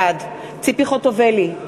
בעד ציפי חוטובלי,